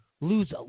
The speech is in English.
lose